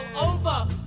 over